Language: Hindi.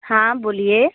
हाँ बोलिए